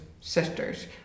sisters